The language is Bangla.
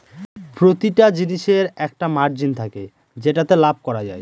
প্রতিটা জিনিসের একটা মার্জিন থাকে যেটাতে লাভ করা যায়